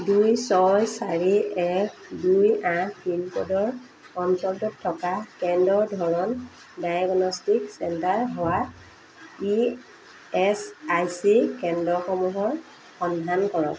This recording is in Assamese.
দুই ছয় চাৰি এক দুই আঠ পিনক'ডৰ অঞ্চলটোত থকা কেন্দ্ৰৰ ধৰণ ডায়েগনষ্টিক চেণ্টাৰ হোৱা ই এছ আই চি কেন্দ্ৰসমূহৰ সন্ধান কৰক